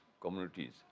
communities